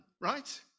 right